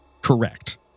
Correct